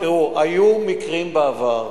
היו מקרים בעבר,